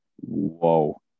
Whoa